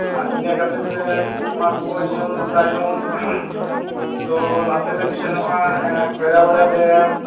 ᱟᱨ ᱤᱱᱟᱹ ᱠᱟᱛᱮ ᱵᱮᱱ ᱚᱱᱟ ᱧᱮᱞ ᱛᱟᱭᱱᱚᱢ ᱫᱚ ᱱᱟᱛᱮ ᱵᱮᱱ ᱥᱮᱱᱚᱜᱼᱟ ᱠᱷᱚᱭᱨᱟ ᱵᱮᱲᱟ ᱰᱮᱢ